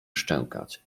szczękać